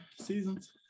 seasons